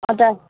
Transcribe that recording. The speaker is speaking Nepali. अन्त